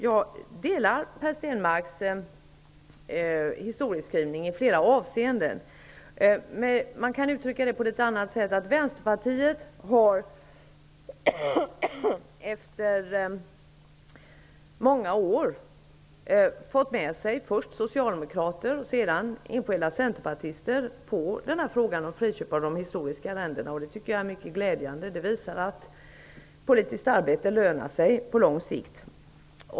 Jag delar Per Stenmarcks historieskrivning i flera avseenden. Man kan dock uttrycka det på ett litet annat sätt. Vänsterpartiet har efter många år fått med sig först socialdemokrater sedan enskilda centerpartister när det gäller frågan om friköp av de historiska arrendena. Det är mycket glädjande. Det visar att politiskt arbete på lång sikt lönar sig.